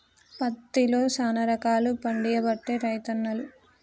పత్తిలో శానా రకాలు పండియబట్టే రైతన్నలు